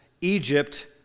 Egypt